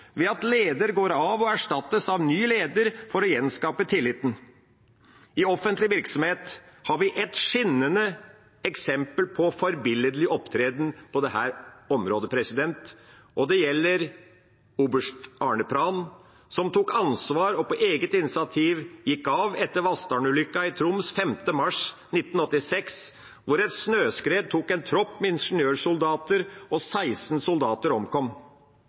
ved at leder går av og erstattes av ny leder for å gjenskape tilliten. I offentlig virksomhet har vi et skinnende eksempel på forbilledlig opptreden på dette området, og det gjelder oberst Arne Pran, som tok ansvar og på eget initiativ gikk av etter Vassdalen-ulykken i Troms 5. mars 1986, hvor et snøskred tok en tropp med ingeniørsoldater, og 16 soldater omkom.